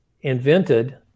invented